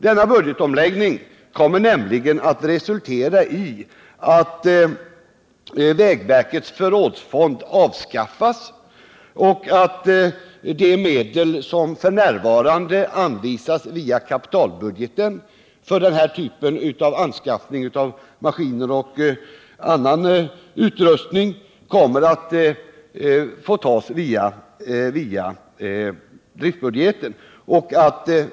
Denna budgetomläggning kommer nämligen att resultera i att vägverkets förrådsfond avskaffas och att de medel som f. n. anvisas via kapitalbudgeten för anskaffning av maskiner och annan utrustning kommer att tas via driftbudgeten.